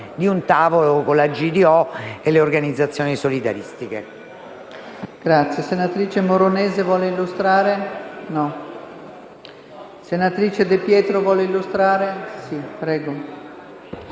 di un tavolo con la GDO e le organizzazioni solidaristiche.